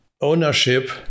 ownership